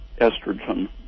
estrogen